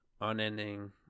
unending